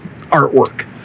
artwork